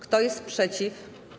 Kto jest przeciw?